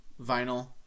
vinyl